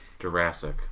Jurassic